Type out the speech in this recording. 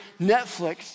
Netflix